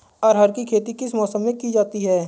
अरहर की खेती किस मौसम में की जाती है?